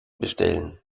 bestellen